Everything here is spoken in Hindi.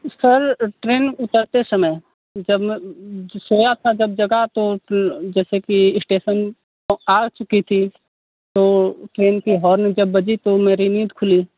सर ट्रेन उतरते समय जब मैं सोया था जब जगा तो जैसे कि एस्टेशन आ चुका था तो ट्रेन की हॉर्न जब बजी तो मेरी नीन्द खुली